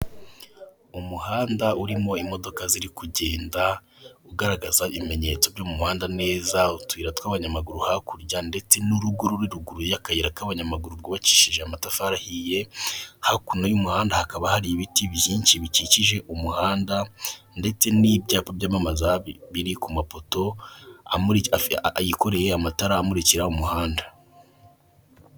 Umuhanda urimo imodoka ziri kugenda, ugaragaza ibimenyetso by'umuhanda neza, utuyira tw'abanyamaguru hakurya ndetse n'urugo ruri ruguru y'akayira k'abanyamaguru rwubakishije amatafari ahiye, hakuno y'umuhanda hakaba hari ibiti byinshi bikikije umuhanda ndetse n'ibyapa byamamaza biri ku mapoto yikoreye amatara amurikira umuhanda.